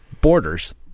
borders